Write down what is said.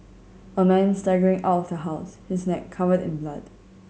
a man staggering out of the house his neck covered in blood